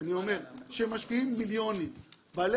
בעלי